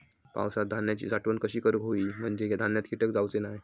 पावसात धान्यांची साठवण कशी करूक होई म्हंजे धान्यात कीटक जाउचे नाय?